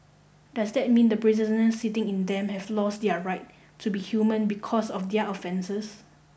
does that mean the prisoners sitting in them have lost their right to be human because of their offences